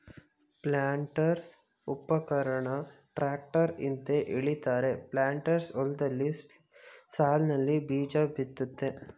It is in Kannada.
ಪ್ಲಾಂಟರ್ಸ್ಉಪಕರಣನ ಟ್ರಾಕ್ಟರ್ ಹಿಂದೆ ಎಳಿತಾರೆ ಪ್ಲಾಂಟರ್ಸ್ ಹೊಲ್ದಲ್ಲಿ ಸಾಲ್ನಲ್ಲಿ ಬೀಜಬಿತ್ತುತ್ತೆ